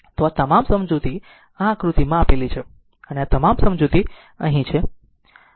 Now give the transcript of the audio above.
તો આ તમામ સમજૂતી આ આકૃતિમાં છે અને આ તમામ સમજૂતી અહીં છે